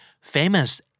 famous